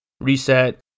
reset